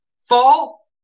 Fall